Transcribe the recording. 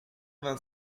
vingt